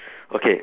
okay